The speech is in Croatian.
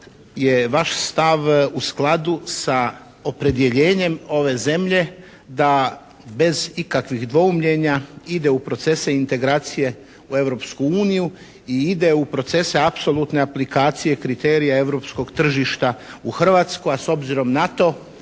je vaš stav u skladu sa opredjeljenjem ove zemlje da bez ikakvih dvoumljena ide u procese integracije u Europsku uniju i ide u procese apsolutne aplikacije kriterija Europskog tržišta u Hrvatskoj, a s obzirom na to